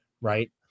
Right